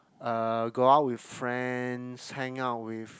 uh go out with friends hang out with